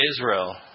Israel